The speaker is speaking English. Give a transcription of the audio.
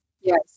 yes